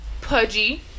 pudgy